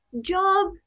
job